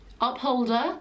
upholder